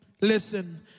Listen